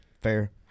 Fair